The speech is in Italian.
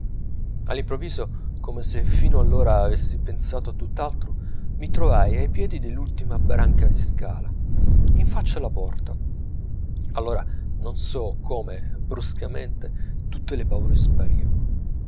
all'improvviso come se fino allora avessi pensato a tutt'altro mi trovai ai piedi dell'ultima branca di scala in faccia alla porta allora non so come bruscamente tutte le paure sparirono